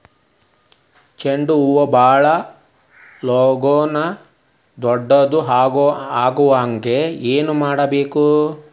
ಚಂಡ ಹೂ ಭಾಳ ಲಗೂನ ದೊಡ್ಡದು ಆಗುಹಂಗ್ ಏನ್ ಮಾಡ್ಬೇಕು?